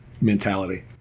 mentality